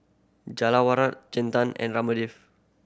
Jawaharlal Chetan and Ramdev